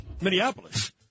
Minneapolis